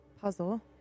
puzzle